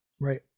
right